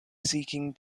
seeking